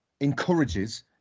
encourages